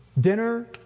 Dinner